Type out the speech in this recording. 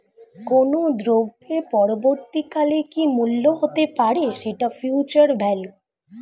কোনো দ্রব্যের পরবর্তী কালে কি মূল্য হতে পারে, সেটা ফিউচার ভ্যালু